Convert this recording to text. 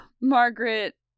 Margaret